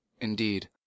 Indeed